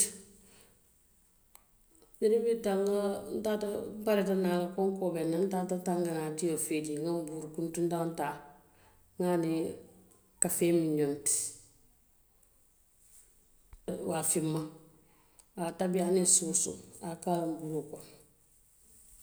Biriŋ n wulita n ŋa n taata pareeta naŋ konkoo be n na, n taata tankanatio feejee n ŋa nbuuri kuntundaŋo taa, n ŋa a niŋ kafee miŋ ñoŋ ti, waafi n ma, a ye a tabi aniŋ soosoo a ye a ke a la nbuuroo kono.